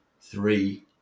three